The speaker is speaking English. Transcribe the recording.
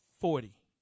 Forty